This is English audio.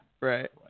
Right